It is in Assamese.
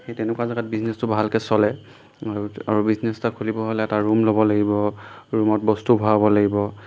সেই তেনেকুৱা জেগাত বিজনেছটো ভালকৈ চলে আৰু আৰু বিজনেছ এটা খুলিবলৈ হ'লে এটা ৰুম ল'ব লাগিব ৰুমত বস্তু ভৰাব লাগিব